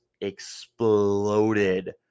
exploded